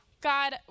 God